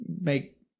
make